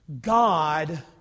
God